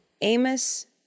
Amos